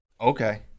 Okay